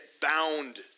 bound